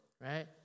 right